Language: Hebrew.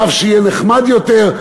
רב שיהיה נחמד יותר,